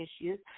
issues